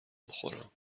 بخورم